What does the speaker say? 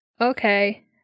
Okay